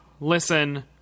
listen